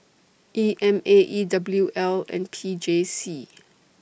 E M A E W L and P J C